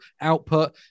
output